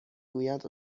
گویند